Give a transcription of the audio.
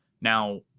now